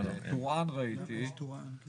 ראיתי את טורעאן.